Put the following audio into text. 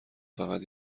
فقط